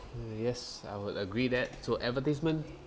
yes I would agree that to advertisement